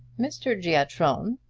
mr. giatron,